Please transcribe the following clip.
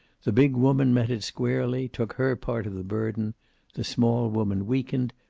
the big woman met it squarely, took her part of the burden the small woman weakened,